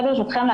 ברשותכם,